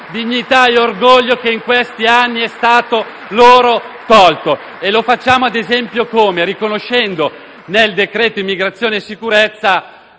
dignità e l'orgoglio che in questi anni sono stati loro tolti. Lo facciamo, ad esempio, riconoscendo nel decreto-legge immigrazione e sicurezza